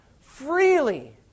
freely